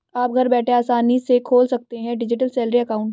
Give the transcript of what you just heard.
आप घर बैठे आसानी से खोल सकते हैं डिजिटल सैलरी अकाउंट